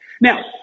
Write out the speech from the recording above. Now